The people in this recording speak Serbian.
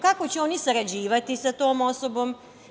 Kako će oni sarađivati sa tom osobom?